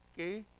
Okay